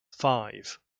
five